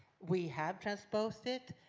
we have transposed it,